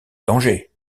danger